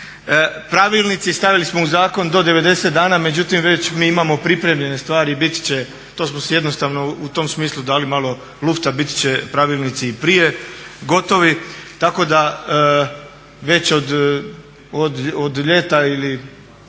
Pravilnici, stavili smo u zakon do 90 dana, međutim već mi imamo pripremljene stvari i bit će to smo si jednostavno u tom smislu dali malo lufta, bit će pravilnici i prije gotovi. Tako da već od ljeta ili